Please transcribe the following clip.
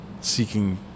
seeking